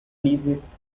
leases